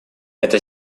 эта